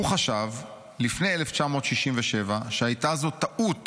הוא חשב לפני 1967 שהייתה זאת טעות